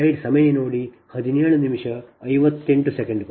ಉದಾಹರಣೆಗೆ ಇದು ನಿಮ್ಮ ಮಾರ್ಪಾಡು 2